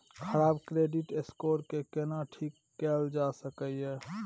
खराब credit score के केना ठीक कैल जा सकै ये?